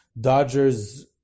Dodgers